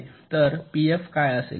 तर पीएफ काय असेल